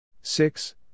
six